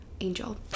angel